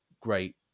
great